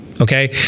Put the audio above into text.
okay